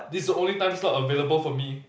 this is the only time slot available for me